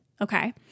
okay